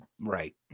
Right